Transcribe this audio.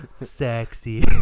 sexy